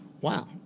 Wow